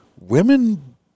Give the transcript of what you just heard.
women